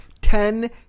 ten